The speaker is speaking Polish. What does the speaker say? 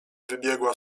wybiegła